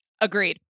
Agreed